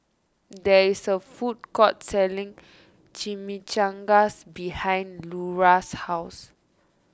there is a food court selling Chimichangas behind Lura's house